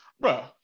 bro